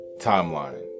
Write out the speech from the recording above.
timeline